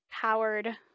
powered